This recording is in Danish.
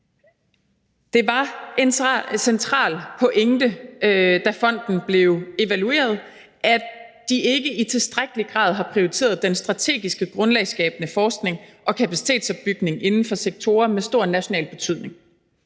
Det var en central pointe, da fonden blev evalueret, at de ikke i tilstrækkelig grad har prioriteret den strategiske grundlagsskabene forskning og kapacitetsopbygning inden for sektorer med stor national betydning.